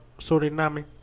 Suriname